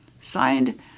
Signed